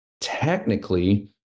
technically